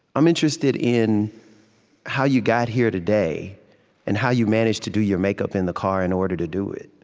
i'm interested in how you got here today and how you managed to do your makeup in the car in order to do it.